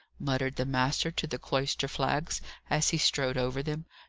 muttered the master to the cloister-flags as he strode over them.